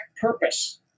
purpose